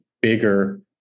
bigger